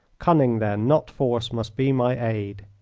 cunning, then, not force, must be my aid.